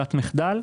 ברירת המחדל,